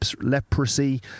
leprosy